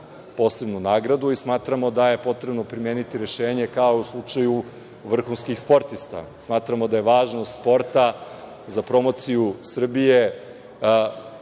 posebnu nagradu i smatramo da je potrebno primeniti rešenje, kao u slučaju vrhunskih sportista. Smatramo da je važnost sporta za promociju Srbije